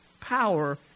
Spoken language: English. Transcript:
power